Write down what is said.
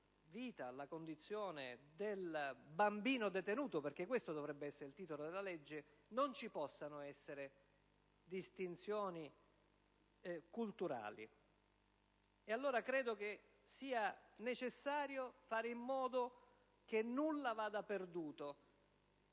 alla condizione del bambino detenuto - questo dovrebbe essere il titolo della legge - non ci possano essere distinzioni culturali. Credo che sia necessario fare in modo che nulla vada perduto,